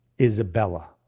Isabella